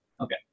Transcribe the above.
Okay